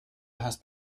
has